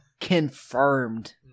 confirmed